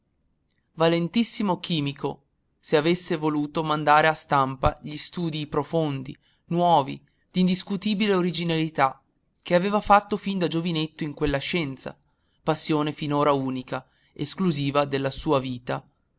lui valentissimo chimico se avesse voluto mandare a stampa gli studii profondi nuovi d'indiscutibile originalità che aveva fatto fin da giovinetto in quella scienza passione finora unica esclusiva della sua vita